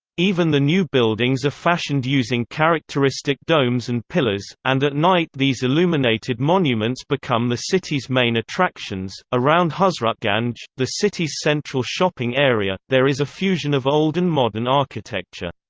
even the new buildings are fashioned using characteristic domes and pillars, and at night these illuminated monuments become the city's main attractions around hazratganj, the city's central shopping area, there is a fusion of old and modern architecture.